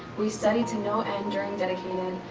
we studied to know, endure, dedicated,